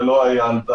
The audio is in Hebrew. אבל על מה שאתם מדברים,